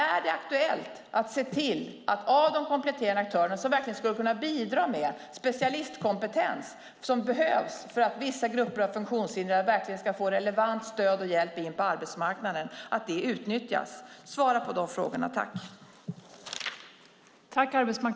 Är det aktuellt att se till att utnyttja de kompletterande aktörer som verkligen skulle kunna bidra med den specialistkompetens som behövs för att vissa grupper av funktionshindrade ska få relevant stöd och hjälp in på arbetsmarknaden? Svara på dessa frågor, tack!